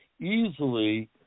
easily